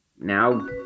Now